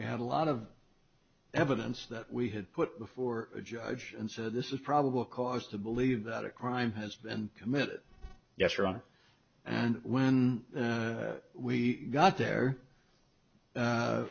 we had a lot of evidence that we had put before a judge and said this is probable cause to believe that a crime has been committed yes ron and when we got there